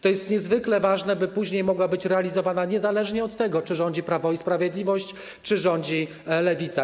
To jest niezwykle ważne, by później mogła być realizowana niezależnie od tego, czy rządzi Prawo i Sprawiedliwość, czy rządzi Lewica.